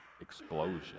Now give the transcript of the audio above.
explosion